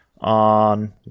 on